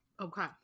Okay